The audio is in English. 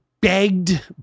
begged